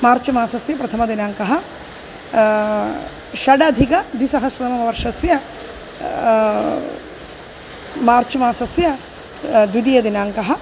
मार्च् मासस्य प्रथमदिनाङ्कः षडधिकद्विसहस्रतमवर्षस्य मार्च् मासस्य द्वितीयदिनाङ्कः